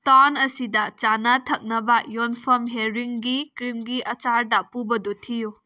town ꯑꯁꯤꯗ ꯆꯥꯅ ꯊꯛꯅꯕ ꯌꯣꯟꯐꯝ ꯍꯦꯔꯤꯡꯒꯤ ꯀ꯭ꯔꯤꯝꯒꯤ ꯑꯆꯥꯔꯗ ꯄꯨꯕꯗꯨ ꯊꯤꯌꯨ